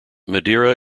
madeira